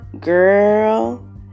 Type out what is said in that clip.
Girl